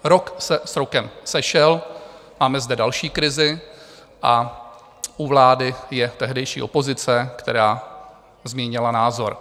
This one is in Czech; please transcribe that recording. Rok se s rokem sešel, máme zde další krizi a u vlády je tehdejší opozice, která změnila názor.